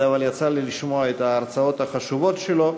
אבל יצא לי לשמוע את ההרצאות החשובות שלו.